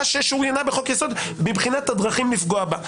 בהוראה ששוריינה בחוק יסוד מבחינת הדרכים לפגוע בה.